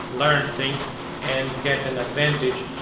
learn things and get an advantage.